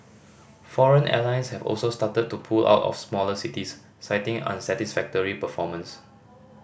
foreign airlines have also started to pull out of smaller cities citing unsatisfactory performance